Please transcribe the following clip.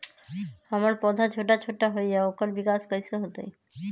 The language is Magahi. हमर पौधा छोटा छोटा होईया ओकर विकास कईसे होतई?